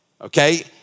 okay